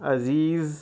عزیز